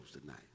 tonight